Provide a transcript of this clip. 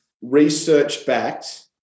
research-backed